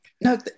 No